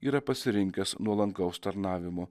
yra pasirinkęs nuolankaus tarnavimo